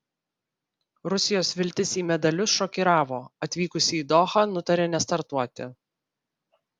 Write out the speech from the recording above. rusijos viltis į medalius šokiravo atvykusi į dohą nutarė nestartuoti